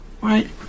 right